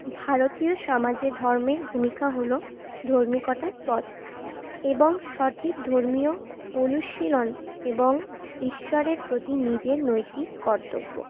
ভারতীয় সমাজে ধর্মের ভূমিকা হলো ধার্মিকতার পথ এবং সঠিক ধর্মীয় অনুশীলন এবং ঈশ্বরের প্রতি নিজের নৈতিক কর্তব্য